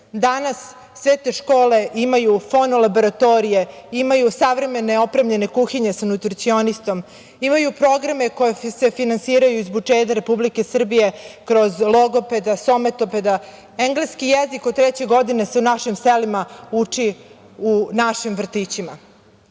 danas sve te škole imaju fonolaboratorije, imaju savremeno opremljene kuhinje sa nutricionistom, imaju programe koji se finansiraju iz budžeta Republike Srbije, kroz logopeda, sometopeda, engleski jezik od treće godine se u našim selima uči u našim vrtićima. Na